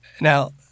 Now